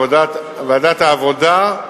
ועדת העבודה,